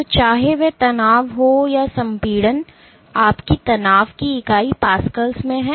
तो चाहे वह तनाव हो या संपीड़न आपकी तनाव की इकाई पास्कल्स में है